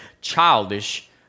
childish